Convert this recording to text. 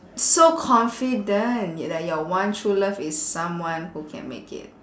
so confident that your one true love is someone who can make it